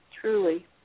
truly